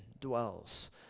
dwells